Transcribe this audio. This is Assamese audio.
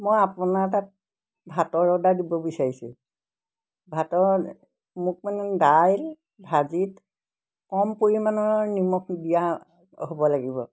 মই আপোনাৰ তাত ভাতৰ অৰ্ডাৰ দিব বিচাৰিছোঁ ভাতৰ মোক মানে দাইল ভাজিত কম পৰিমাণৰ নিমখ দিয়া হ'ব লাগিব